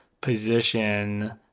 position